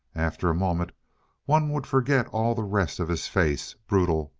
after a moment one would forget all the rest of his face, brutal,